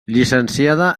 llicenciada